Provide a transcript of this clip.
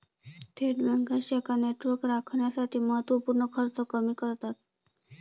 थेट बँका शाखा नेटवर्क राखण्यासाठी महत्त्व पूर्ण खर्च कमी करतात